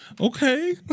Okay